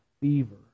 fever